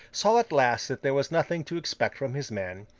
saw at last that there was nothing to expect from his men,